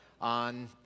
on